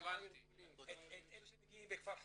את אלה שמגיעים לכפר חסידים,